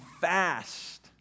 fast